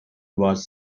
was